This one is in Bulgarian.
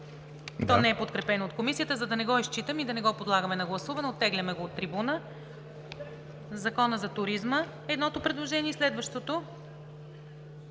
То не е подкрепено от Комисията. За да не го изчитам и да не го подлагаме на гласуване, го оттегляме от трибуната. Закон за туризма – едното предложение. Следващото